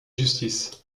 justice